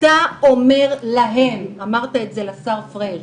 "אתה אומר להם" אמרת את זה לשר פריג'.